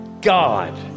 God